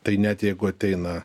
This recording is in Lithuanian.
tai net jeigu ateina